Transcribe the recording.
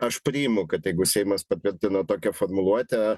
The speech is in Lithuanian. aš priimu kad jeigu seimas patvirtino tokią formuluotę